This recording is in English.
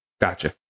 Gotcha